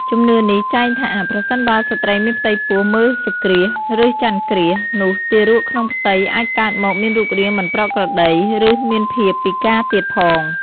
ជំនឿនេះចែងថា ប្រសិនបើស្ត្រីមានផ្ទៃពោះមើលសូរ្យគ្រាស ឬចន្ទគ្រាស នោះទារកក្នុងផ្ទៃអាចកើតមកមានរូបរាងមិនប្រក្រតី ឬមានភាពពិការទៀតផង ។